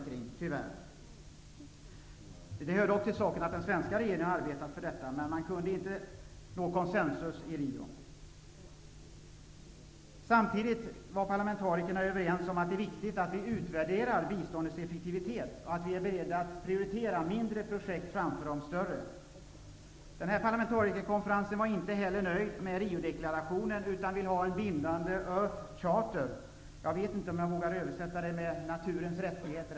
Den svenska regeringen har verkat för att detta mål skulle uppnås, men man kunde inte nå konsensus i Samtidigt var parlamentarikerna överens om att det är viktigt att vi utvärderar biståndets effektivitet och att vi är beredda att prioritera mindre projekt framför de större. Deltagarna i denna parlamentarikerkonferens var inte heller nöjda med Riodeklarationen, utan de ville ha en bindande Earth Charter -- fritt översatt: naturens rättigheter.